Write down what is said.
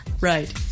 right